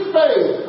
faith